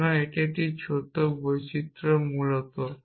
সুতরাং এটি একটি ছোট বৈচিত্র মূলত